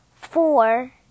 four